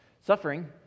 Suffering